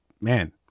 man